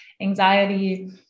anxiety